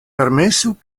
permesu